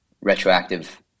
retroactive